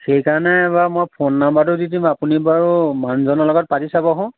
সেইকাৰণে বাৰু মই ফোন নাম্বাৰটো দি দিম আপুনি বাৰু মানুহজনৰ লগত পাতি চাবচোন